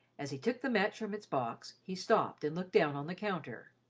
as he took the match from its box, he stopped and looked down on the counter.